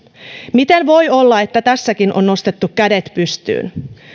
miten voi olla että tässäkin on nostettu kädet pystyyn